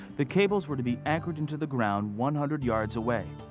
the cables were to be anchored into the ground, one hundred yards away.